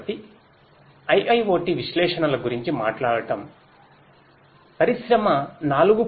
కాబట్టి IIoT విశ్లేషణల గురించి మాట్లాడటంపరిశ్రమ 4